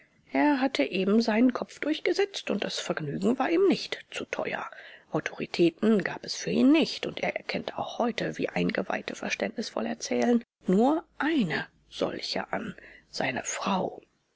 er hatte eben seinen kopf durchgesetzt und das vergnügen war ihm nicht zu teuer autoritäten gab es für ihn nicht und er erkennt auch heute wie eingeweihte verständnisvoll erzählen nur eine solche an seine frau